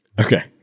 Okay